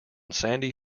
sandy